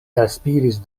elspiris